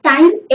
Time